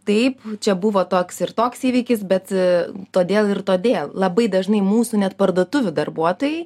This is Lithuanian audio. taip čia buvo toks ir toks įvykis bet todėl ir todėl labai dažnai mūsų net parduotuvių darbuotojai